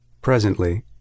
Presently